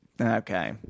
Okay